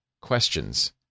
questions